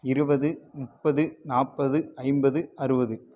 இருபது முப்பது நாற்பது ஐம்பது அறுபது